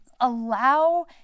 allow